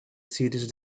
serious